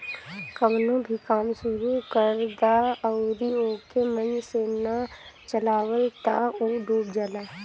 कवनो भी काम शुरू कर दअ अउरी ओके मन से ना चलावअ तअ उ डूब जाला